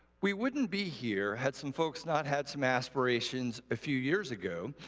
we wouldn't be here had some folks not had some aspirations a few years ago.